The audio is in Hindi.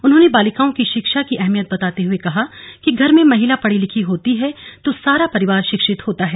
उन्होंने बालिकाओं की शिक्षा की अहमियत बताते हए कहा कि घर में महिला पढ़ी लिखी होती है तो सारा परिवार शिक्षित होता है